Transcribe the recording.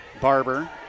Barber